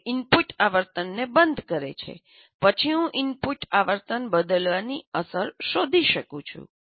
તે ઇનપુટ આવર્તનને બંધ કરે છે પછી હું ઇનપુટ આવર્તન બદલવાની અસર શોધી શકું છું